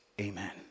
Amen